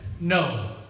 no